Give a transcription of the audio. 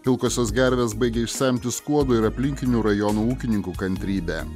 pilkosios gervės baigia išsemti skuodo ir aplinkinių rajonų ūkininkų kantrybę